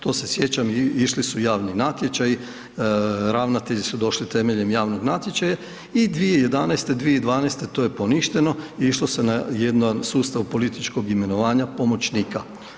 To se sjećam, išli su javni natječaji, ravnatelji su došli temeljem javnog natječaja i 2011., 2012., to je poništeno i išlo se jedan sustav političkog imenovanja pomoćnika.